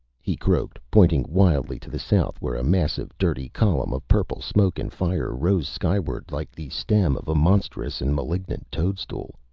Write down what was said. he croaked, pointing wildly to the south where a massive, dirty column of purple smoke and fire rose skyward like the stem of a monstrous and malignant toadstool.